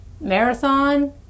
Marathon